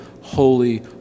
holy